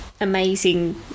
amazing